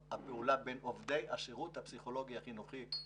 הפעולה בין עובדי השירות הפסיכולוגי החינוכי למרכזי חוסן בשעת חירום.